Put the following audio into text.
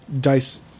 dice